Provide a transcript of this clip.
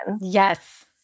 Yes